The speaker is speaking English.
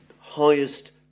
highest